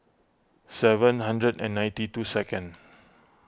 seven hundred and ninety two second